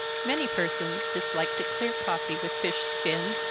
many persons dislike to clear coffee with fish-skin,